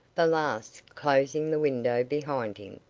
the last closing the window behind him,